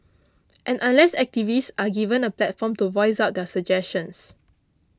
and unless activists are given a platform to voice out their suggestions